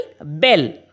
bell